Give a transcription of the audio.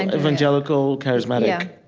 and evangelical, charismatic.